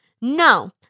No